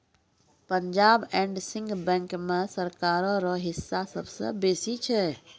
Punjab and Sind bank मे सरकारो रो हिस्सा सबसे बेसी छै